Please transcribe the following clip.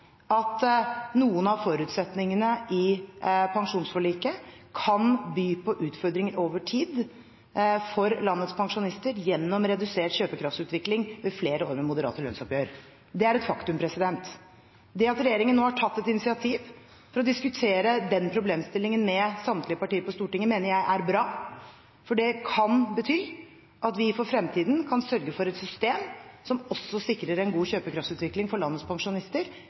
at noen av forutsetningene i pensjonsforliket kan by på utfordringer over tid for landets pensjonister gjennom redusert kjøpekraftsutvikling ved flere år med moderate lønnsoppgjør. Det er et faktum. Det at regjeringen nå har tatt et initiativ til å diskutere den problemstillingen med samtlige partier på Stortinget, mener jeg er bra, for det kan bety at vi for fremtiden kan sørge for et system som sikrer en god kjøpekraftsutvikling også for landets pensjonister,